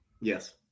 Yes